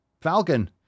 Falcon